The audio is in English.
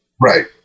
right